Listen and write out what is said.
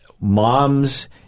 moms